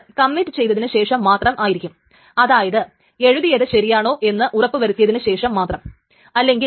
അപ്പോൾ ഈ മൊത്തം പ്രോട്ടോകോളിന്റെ ആശയം അതായത് എന്തുകൊണ്ടാണ് അത് പലതിനെയും നിരാകരിക്കുന്നത് എന്നുള്ളത് അതിന് കോൺഫ്ലിക്റ്റ്ന്റെ കാര്യങ്ങൾ ലംഘിക്കുവാൻ സാധിക്കുകയില്ല